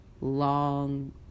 long